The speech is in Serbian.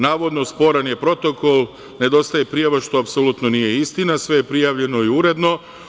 Navodno sporan je protokol, nedostaje prijava, što apsolutno nije istina, sve je prijavljeno i uredno.